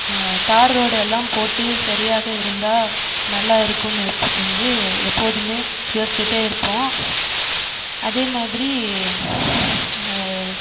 தார் ரோடு எல்லாம் போட்டு சரியாக இருந்தால் நல்லா இருக்கும் என்று எப்போதுமே யோசிச்சிகிட்டே இருப்போம் அதே மாதிரி